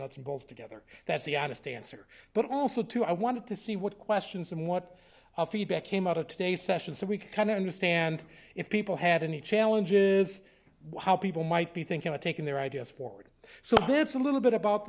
nuts and bolts together that's the honest answer but also to i wanted to see what questions and what feedback came out of today's session so we can understand if people had any challenge is how people might be thinking of taking their ideas forward so that's a little bit about